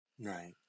right